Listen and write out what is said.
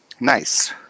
nice